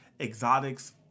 Exotics